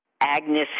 Agnes